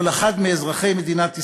כל אחד מאזרחי מדינת ישראל,